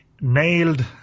nailed